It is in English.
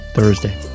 Thursday